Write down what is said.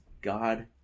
God